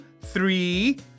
three